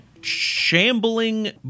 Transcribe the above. shambling